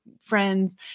friends